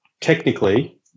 technically